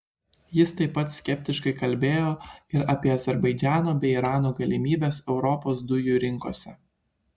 jis taip pat skeptiškai kalbėjo ir apie azerbaidžano bei irano galimybes europos dujų rinkose